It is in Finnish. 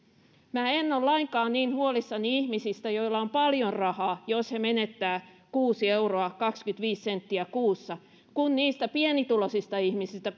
minä en ole lainkaan niin huolissani ihmisistä joilla on paljon rahaa jos he menettävät kuusi euroa kaksikymmentäviisi senttiä kuussa kuin niistä pienituloisista ihmisistä